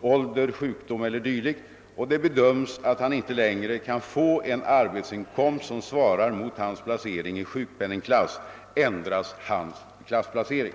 ålder, sjukdom e. d. och det bedöms att han inte längre kan få en arbetsinkomst som svarar mot hans placering i sjukpenningklass ändras hans klassplacering.